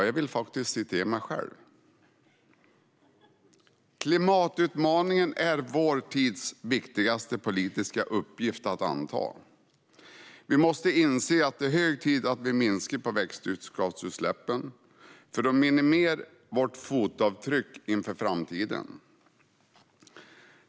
Jag citerar mig själv: "Klimatutmaningen är vår tids viktigaste politiska uppgift att anta. Vi måste inse att det är hög tid att vi minskar på växthusgasutsläppen för att minimera vårt fotavtryck inför framtiden.